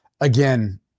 Again